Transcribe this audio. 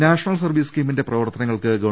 national service സ്കീമിന്റെ പ്രവർത്തന്റങ്ങൾക്ക് ഗവ